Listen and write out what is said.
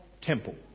temple